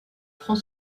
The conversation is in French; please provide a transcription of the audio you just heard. franc